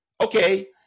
Okay